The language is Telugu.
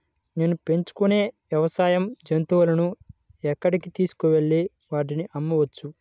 నేను పెంచుకొనే వ్యవసాయ జంతువులను ఎక్కడికి తీసుకొనివెళ్ళి వాటిని అమ్మవచ్చు?